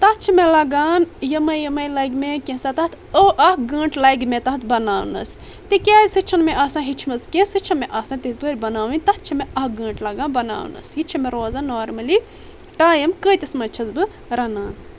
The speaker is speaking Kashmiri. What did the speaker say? تتھ چھِ مےٚ لگان یِمٕے یِمٕے لگہِ مےٚ کینٛہہ سہ تتھ او اکھ گنٛٹہٕ لگہِ مےٚ تتھ بناونس تِکیٛازِ سُہ چھُنہٕ مےٚ آسان ہیٚچھمٕژ کینٛہہ سُہ چھُ مےٚ آسان تتھ پٲٹھۍ بناوٕنۍ تتھ چھِ مےٚ اکھ گنٛٹہٕ لگان بناونس یہِ چھ مےٚ روزان نارملی ٹایِم کۭتِس منٛز چھس بہٕ رنان